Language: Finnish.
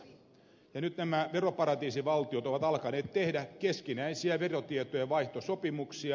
nyt nämä veroparatiisivaltiot ovat alkaneet tehdä keskinäisiä verotietojenvaihtosopimuksia